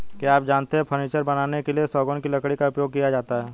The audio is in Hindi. क्या आप जानते है फर्नीचर बनाने के लिए सागौन की लकड़ी का उपयोग किया जाता है